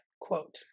quote